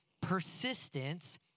persistence